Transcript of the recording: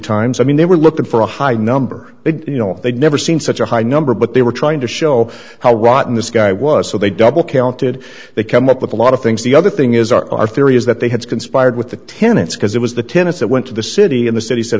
times i mean they were looking for a high number but they never seemed such a high number but they were trying to show how rotten this guy was so they double counted they come up with a lot of things the other thing is our theory is that they had conspired with the tenants because it was the tennis that went to the city and the city said